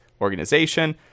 organization